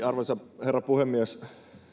arvoisa herra puhemies